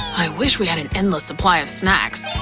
i wish we had an endless supply of snacks.